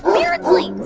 beardsley,